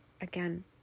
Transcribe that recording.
again